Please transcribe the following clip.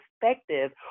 perspective